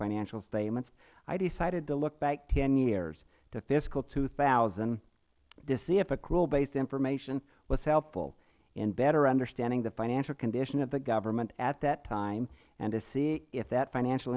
financial statements i decided to look back ten years to fiscal two thousand to see if accrual based information was helpful in better understanding the financial condition of the government at that time and to see if that financial